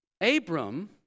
Abram